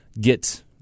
get